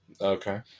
Okay